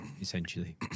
essentially